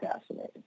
fascinating